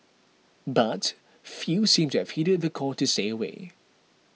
but few seemed to have heeded the call to stay away